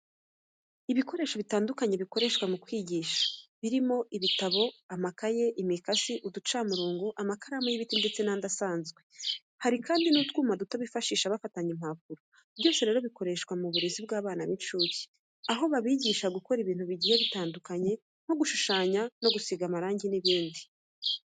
Ibikoresho bitandukanye bikoreshwa mu kwigisha, birimo ibitabo, amakaye, imikasi, uducamurongo, amakaramu y'ibiti ndetse n'andi asanzwe, hari kandi n'utwuma duto bifashisha bafatanya impapuro. Byose rero bikoreshwa mu burezi bw'abana b'inshuke, aho babigisha gukora ibintu bigiye bitandukanye nko gushushanya, gusiga amarangi n'ibindi.